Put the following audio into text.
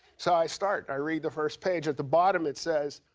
so, i start. i read the first page. at the bottom, it says,